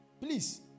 Please